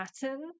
pattern